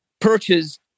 perches